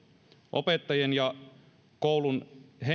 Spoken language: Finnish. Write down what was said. opettajien ja koulun